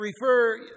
refer